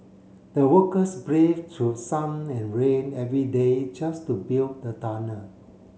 the workers brave to sun and rain every day just to build the tunnel